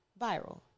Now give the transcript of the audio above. viral